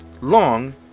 long